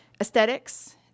aesthetics